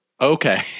Okay